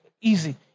easy